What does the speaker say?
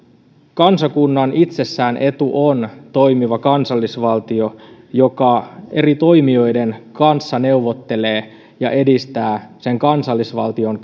kansakunnan itsessään etu on toimiva kansallisvaltio joka eri toimijoiden kanssa neuvottelee ja edistää sen kansallisvaltion